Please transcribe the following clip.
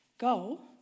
Go